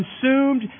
consumed